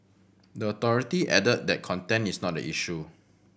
the authority added that content is not the issue